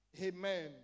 Amen